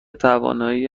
توانایی